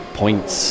points